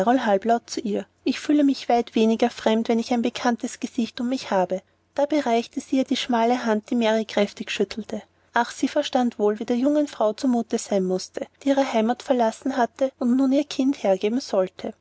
halblaut zu ihr ich fühle mich weit weniger fremd nun ich ein bekanntes gesicht um mich habe dabei reichte sie ihr die schmale hand die mary kräftig schüttelte ach sie verstand wohl wie der jungen frau zu mute sein mußte die ihre heimat verlassen hatte und nun ihr kind hergeben sollte